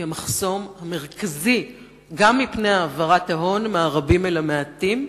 הם המחסום המרכזי גם מפני העברת ההון מהרבים אל המעטים,